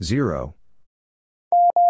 Zero